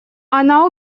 она